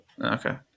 Okay